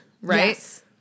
right